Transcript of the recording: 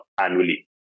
annually